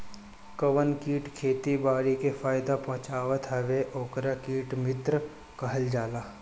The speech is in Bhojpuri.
जवन कीट खेती बारी के फायदा पहुँचावत हवे ओके कीट मित्र कहल जाला